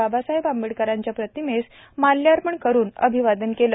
बाबासाहेब आंबेडकरांच्या प्रतिमेस प्ष्पहार अर्पण करुन अभिवादन केले